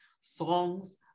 songs